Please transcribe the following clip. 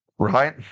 Right